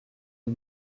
des